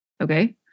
okay